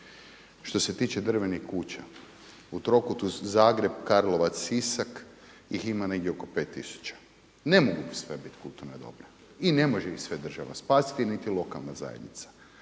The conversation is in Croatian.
Što se tiče drvenih kuća u trokutu Zagreb, Karlovac, Sisak ih ima negdje oko 5000. Ne mogu sve bit kulturna dobra i ne može ih sve država spasiti, niti lokalna zajednica.